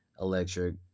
electric